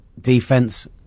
defense